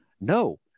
no